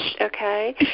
okay